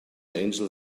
angel